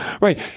Right